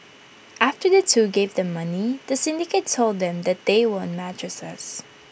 after the two gave the money the syndicate told them that they won mattresses